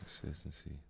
consistency